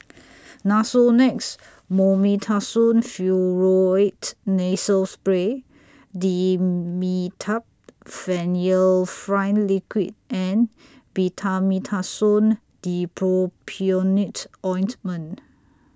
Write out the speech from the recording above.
Nasonex Mometasone Furoate Nasal Spray Dimetapp Phenylephrine Liquid and Betamethasone Dipropionate Ointment